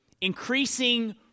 increasing